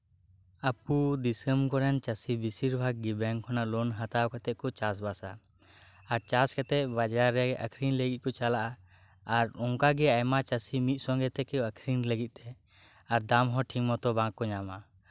ᱟᱵᱩ ᱫᱤᱥᱟᱹᱢ ᱠᱚᱨᱮᱱ ᱪᱟᱹᱥᱤ ᱠᱩ ᱵᱮᱥᱤᱨᱵᱷᱟᱜ ᱜᱤ ᱵᱮᱝ ᱨᱮᱱᱟᱜ ᱞᱳᱱ ᱦᱟᱛᱟᱣ ᱠᱟᱛᱮᱜ ᱠᱩ ᱪᱟᱥ ᱵᱟᱥᱟ ᱟᱨ ᱪᱟᱥ ᱠᱟᱛᱮᱫ ᱵᱟᱡᱟᱨ ᱨᱮ ᱟᱹᱠᱷᱨᱤᱧ ᱞᱟᱹᱜᱤᱫ ᱠᱩ ᱪᱟᱞᱟᱜ ᱟ ᱟᱨ ᱚᱱᱠᱟᱜᱤ ᱟᱭᱢᱟ ᱪᱟᱹᱥᱤ ᱢᱤᱫᱽ ᱥᱚᱸᱜᱮ ᱛᱮᱠᱩ ᱟᱹᱠᱷᱨᱤᱧ ᱞᱟᱹᱜᱤᱫ ᱛᱮ ᱟᱨ ᱫᱟᱢ ᱦᱚᱸ ᱴᱷᱤᱠᱢᱚᱛᱚ ᱵᱟᱠᱩ ᱧᱟᱢᱟ